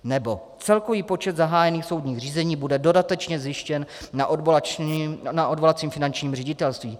Nebo: Celkový počet zahájených soudních řízení bude dodatečně zjištěn na odvolacím finančním ředitelství.